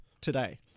today